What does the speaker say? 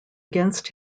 against